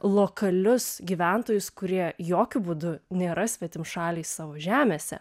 lokalius gyventojus kurie jokiu būdu nėra svetimšaliai savo žemėse